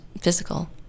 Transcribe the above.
physical